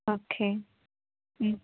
okay